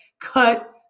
cut